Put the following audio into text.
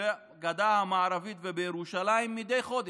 בגדה המערבית ובירושלים מדי חודש,